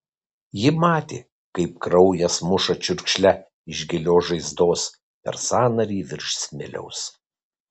ji matė kaip kraujas muša čiurkšle iš gilios žaizdos per sąnarį virš smiliaus